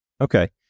Okay